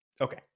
Okay